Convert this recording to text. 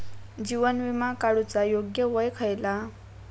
जीवन विमा काडूचा योग्य वय खयला?